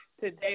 Today